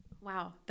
Wow